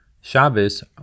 Shabbos